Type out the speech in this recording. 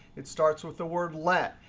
it starts with the word let,